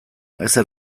ezer